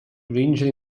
ranging